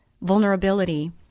vulnerability